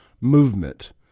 movement